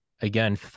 again